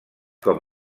com